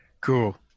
cool